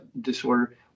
disorder